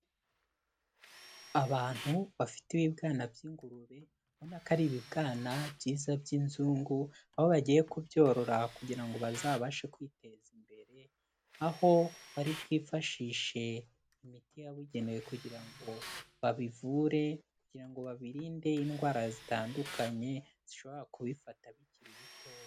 Abantu bafite ibibwana by'ingurube ubona ko ari ibibwana byiza by'inzungu, aho bagiye kubyorora kugirango bazabashe kwiteza imbere, aho bari bwifashishe imiti yabugenewe kugira ngo babivure, kugira ngo babirinde indwara zitandukanye zishobora kubifata bikiri bitoya.